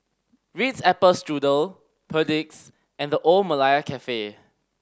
Ritz Apple Strudel Perdix and The Old Malaya Cafe